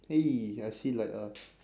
!hey! I see like a